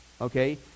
Okay